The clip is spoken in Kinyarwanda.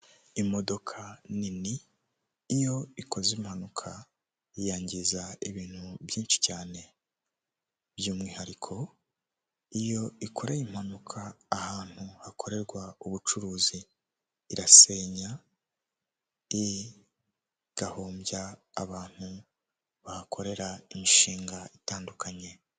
Imodoka isa umukara irimo irinjira mu muhanda wa kaburimbo imbere yaho hari icyapa gisa umutuku cy'umurongo w'itumanaho wa Eyateri iruhande hakaba hari igipangu cy'icyatsi kiriho urukuta rw'umweru hari amatafari ya ruriba n'ibyapa byo mu muhanda bikoreshejwe ibyuma, imodoka ziri imbere hari n'igikuta cyanditseho mitsingi .